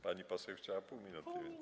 Pani poseł chciała pół minuty, więc.